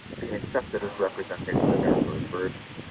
been accepted as representing the nurnberg virgin.